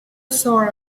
sore